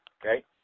okay